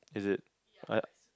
is it